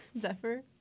Zephyr